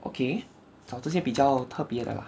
okay 找这些比较特别的 lah